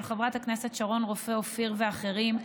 של חברת הכנסת שרון רופא אופיר ואחרים,